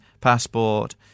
Passport